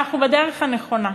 ואנחנו בדרך הנכונה.